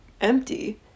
empty